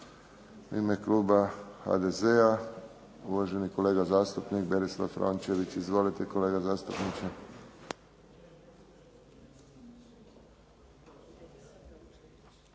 ime kluba HDZ-a, uvaženi kolega zastupnik Berislav Rončević. Izvolite kolega zastupniče.